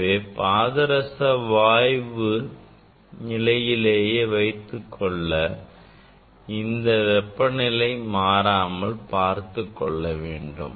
எனவே பாதரசத்தை வாய்வு நிலையிலேயே வைத்துக்கொள்ள இந்த வெப்ப நிலை மாறாமல் பார்த்துக்கொள்ள வேண்டும்